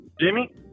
Jimmy